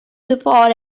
report